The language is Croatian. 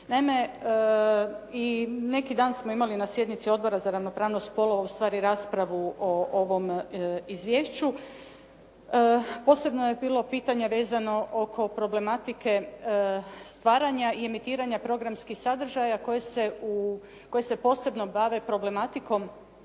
Naime, i neki dan smo imali na sjednici Odbora za ravnopravnost spolova ustvari raspravu o ovom izvješću. Posebno je bilo pitanje vezano oko problematike stvaranja i emitiranja programskih sadržaja koje se posebno bave problematikom